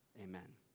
Amen